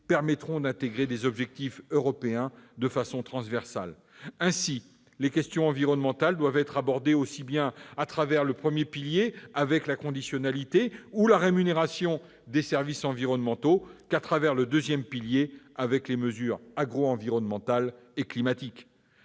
permettront d'intégrer des objectifs européens de façon transversale. Ainsi, les questions environnementales doivent être abordées aussi bien à travers le premier pilier, avec la conditionnalité ou la rémunération des services environnementaux, qu'à travers le deuxième pilier, avec les mesures agroenvironnementales et climatiques.